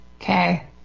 Okay